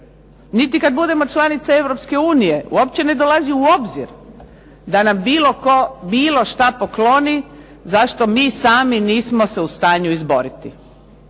Niti kad budemo članica Europske unije uopće ne dolazi u obzir da nam bilo tko bilo šta pokloni, za što mi sami nismo se u stanju izboriti.